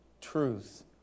truth